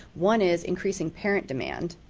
one is increasing parent demand,